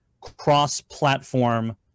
cross-platform